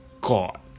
God